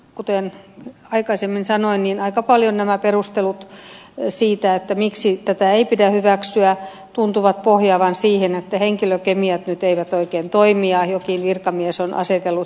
kuten aikaisemmin sanoin aika paljon nämä perustelut siitä miksi tätä ei pidä hyväksyä tuntuvat pohjaavan siihen että henkilökemiat nyt eivät oikein toimi ja joku virkamies on asetellut sanansa väärin